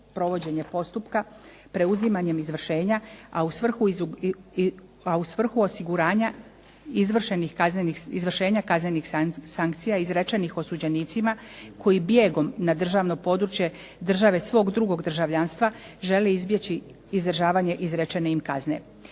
provođenje postupka preuzimanjem izvršenja, a u svrhu osiguranja izvršenja kaznenih sankcija izrečenih osuđenicima koji bijegom na državno područje države svog drugog državljanstva žele izbjeći izdržavanje izrečene im kazne.